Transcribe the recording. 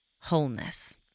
wholeness